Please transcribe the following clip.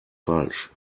falsch